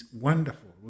wonderful